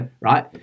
right